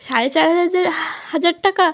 সাড়ে চার হাজার টাকা